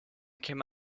came